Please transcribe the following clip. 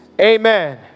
amen